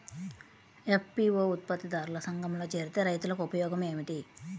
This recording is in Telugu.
ఎఫ్.పీ.ఓ ఉత్పత్తి దారుల సంఘములో చేరితే రైతులకు ఉపయోగము ఏమిటి?